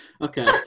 Okay